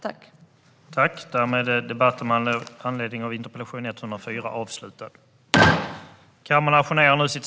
Svar på interpellationer